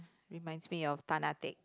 reminds me of Tan-Ah-Teck